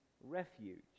refuge